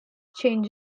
change